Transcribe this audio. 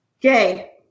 gay